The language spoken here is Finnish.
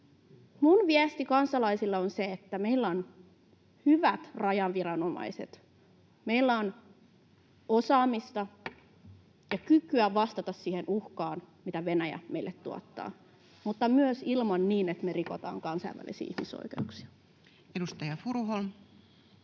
Minun viestini kansalaisille on se, että meillä on hyvät rajaviranomaiset, meillä on osaamista ja kykyä vastata siihen uhkaan, mitä Venäjä meille tuottaa, mutta myös ilman, että me rikotaan kansainvälisiä ihmisoikeuksia. [Speech